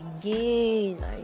again